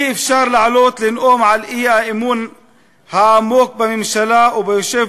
אי-אפשר לעלות לנאום על האי-אמון העמוק בממשלה וביושב